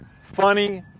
funny